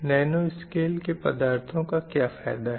nano scale के पदार्थों का क्या फ़ायदा है